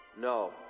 No